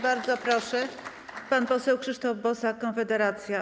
Bardzo proszę, pan poseł Krzysztof Bosak, Konfederacja.